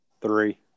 Three